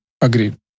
Agreed